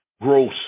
gross